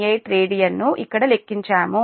698 రేడియన్ను ఇక్కడ లెక్కించాము